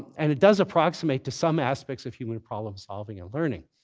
and it does approximate to some aspects of human problem solving and learning.